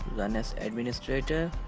run as administrator.